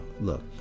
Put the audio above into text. look